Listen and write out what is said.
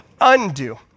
undo